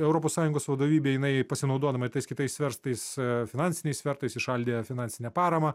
europos sąjungos vadovybė jinai pasinaudodama tais kitais svertais finansiniais svertais įšaldė finansinę paramą